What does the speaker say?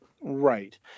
Right